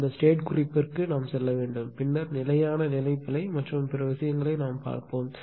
அந்த ஸ்டேட் குறிப்பு ற்கு நாம் செல்ல வேண்டும் பின்னர் நிலையான நிலை பிழை மற்றும் பிற விஷயங்களை நாம் பார்ப்போம்